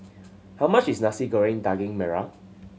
how much is Nasi Goreng Daging Merah